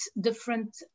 different